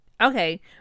Okay